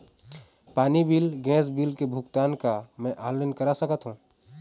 पानी bill gas bill के भुगतान का मैं ऑनलाइन करा सकथों?